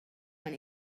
when